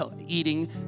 eating